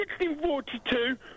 1642